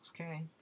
okay